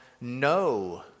no